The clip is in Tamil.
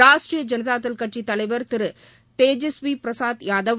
ராஷ்ட்ரீய ஜனதாதள் கட்சித் தலைவா் திரு தேஜஷ்வீ பிரசாத் யாதவ்